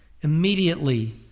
immediately